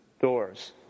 doors